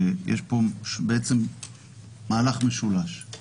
יש פה בעצם מהלך משולש.